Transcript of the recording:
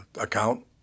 account